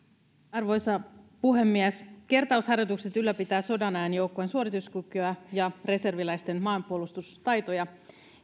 arvoisa puhemies kertausharjoitukset ylläpitävät sodanajan joukkojen suorituskykyä ja reserviläisten maanpuolustustaitoja